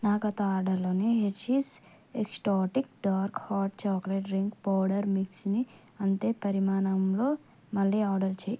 నా గత ఆర్డర్లోని Hershey's exotic dark hot chocolate drink powder మిక్స్ని అంతే పరిమాణంలో మళ్ళీ ఆర్డర్ చెయ్యి